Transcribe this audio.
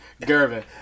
Gervin